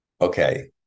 okay